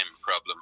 problem